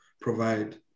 provide